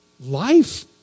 life